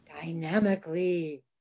dynamically